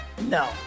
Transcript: No